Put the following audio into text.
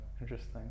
interesting